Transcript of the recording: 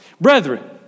Brethren